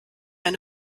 eine